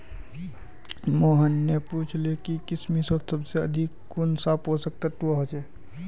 मोहन ने पूछले कि किशमिशत सबसे अधिक कुंन सा पोषक तत्व ह छे